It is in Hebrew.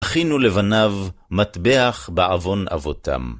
הכינו לבניו מטבח בעון אבותם